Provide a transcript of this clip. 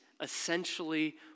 essentially